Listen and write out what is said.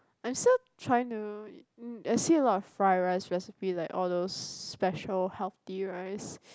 except trying to I see a lot of fried rice like all those special healthy rice